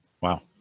Wow